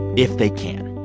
if they can.